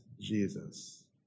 Jesus